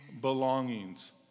belongings